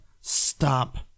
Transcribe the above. stop